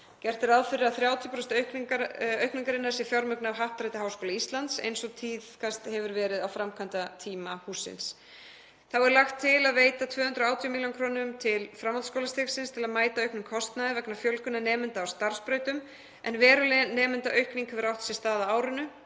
Gert er ráð fyrir að 30% aukningarinnar séu fjármögnuð af Happdrætti Háskóla Íslands eins og tíðkast hefur á framkvæmdatíma hússins. Þá er lagt til að veita 218 millj. kr. til framhaldsskólastigsins til að mæta auknum kostnaði vegna fjölgunar nemenda á starfsbrautum, en veruleg nemendaaukning hefur átt sér stað á árinu